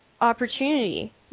opportunity